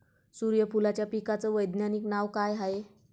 सुर्यफूलाच्या पिकाचं वैज्ञानिक नाव काय हाये?